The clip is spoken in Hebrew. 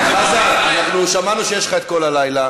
אנחנו שמענו שיש לך את כל הלילה,